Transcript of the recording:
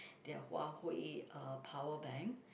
their Huawei uh powerbank